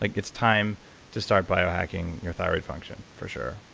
like it's time to start bio-hacking your thyroid function for sure.